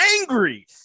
angry